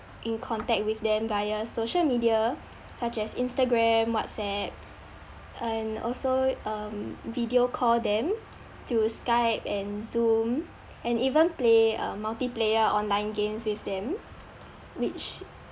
in contact with them via social media such as instagram whatsapp and also um video call them through skype and zoom and even play uh multiplayer online games with them which